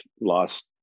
lost